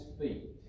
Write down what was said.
feet